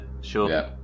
sure